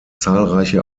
zahlreiche